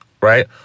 right